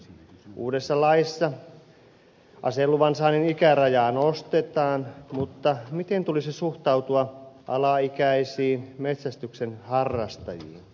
uudessa laissa aseluvan saannin ikärajaa nostetaan mutta miten tulisi suhtautua alaikäisiin metsästyksen harrastajiin